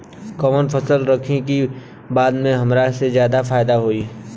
कवन फसल रखी कि बाद में हमरा के ज्यादा फायदा होयी?